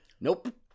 nope